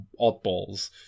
oddballs